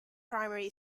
primary